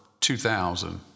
2000